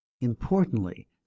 Importantly